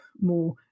more